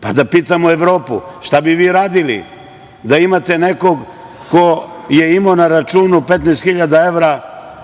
Pa da pitamo Evropu šta bi vi radili da imate nekog ko je imao na računu 15 hiljada